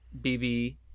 BB